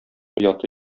ояты